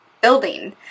building